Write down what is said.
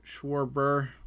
Schwarber